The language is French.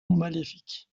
maléfique